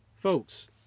Folks